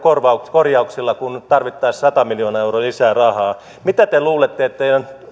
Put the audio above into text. korjauksilla kun tarvittaisiin sata miljoonaa euroa lisää rahaa mitä te luulette että teidän